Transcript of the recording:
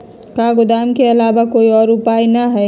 का गोदाम के आलावा कोई और उपाय न ह?